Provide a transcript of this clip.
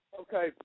Okay